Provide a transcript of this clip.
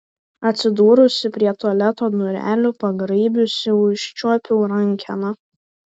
atsidūrusi prie tualeto durelių pagraibiusi užčiuopiau rankeną